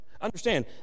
understand